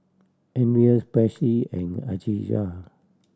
Andres Patsy and Alijah